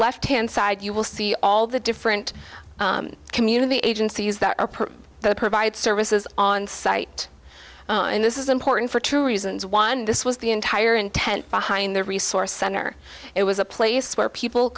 left hand side you will see all the different community agencies that are the provide services on site and this is important for two reasons one this was the entire intent behind the resource center it was a place where people